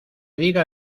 diga